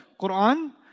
Quran